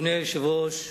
אדוני היושב-ראש,